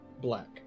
black